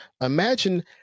imagine